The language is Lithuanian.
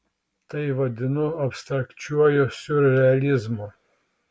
tai vadinu abstrakčiuoju siurrealizmu